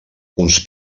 uns